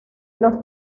los